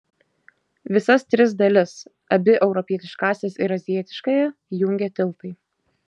visas tris dalis abi europietiškąsias ir azijietiškąją jungia tiltai